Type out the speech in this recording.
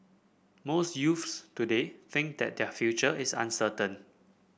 most youths today think that their future is uncertain